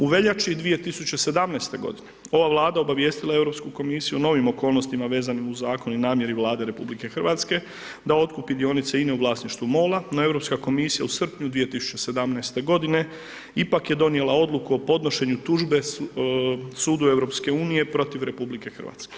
U veljači 2017. godine ova Vlada obavijestila je Europsku komisiju o novim okolnostima vezanim uz zakon i namjeri Vlada RH da otkupi dionice INE u vlasništvu MOL-a, no Europska komisija u srpnju 2017. godine ipak je donijela odluku o podnošenju tužbe Sudu EU protiv RH.